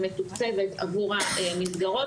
ומתוקצבת עבור המסגרות,